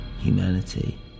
humanity